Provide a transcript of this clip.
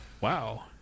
Wow